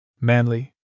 Manly